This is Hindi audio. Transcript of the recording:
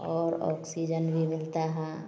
और ऑक्सीजन भी मिलता है